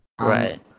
Right